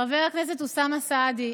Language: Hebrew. חבר הכנסת אוסאמה סעדי,